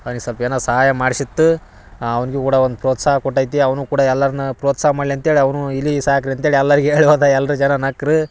ಅವ್ನಿಗೆ ಸೊಲ್ಪ ಏನೋ ಸಹಾಯ ಮಾಡ್ಸಿತ್ತು ಅವ್ನ್ಗೆ ಕೂಡ ಒಂದು ಪ್ರೋತ್ಸಾಹ ಕೊಟ್ಟೈತಿ ಅವನು ಕೂಡ ಎಲ್ಲರ್ನು ಪ್ರೋತ್ಸಾಹ ಮಾಡಲಿ ಅಂತ್ಹೇಳಿ ಅವನು ಇಲಿ ಸಾಕ್ರಿ ಅಂತ್ಹೇಳಿ ಎಲ್ಲರ್ಗೆ ಹೇಳಿ ಹೋದ ಎಲ್ಲರು ಜನ ನಕ್ಕರು